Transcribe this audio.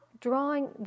drawing